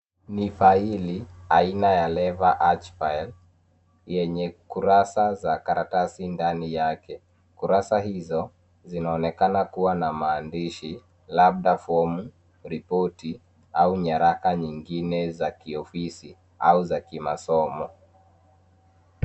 Ni faili aina ya lever arch file, yenye kurasa za karatasi ndani yake. Kurasa hizo zinaonekana kua na maandishi, labda fomu, repoti, au nyaraka nyingine za kiofisi au za kimasomo.